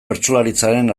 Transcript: bertsolaritzaren